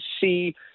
see